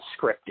scripted